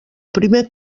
primer